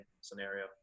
scenario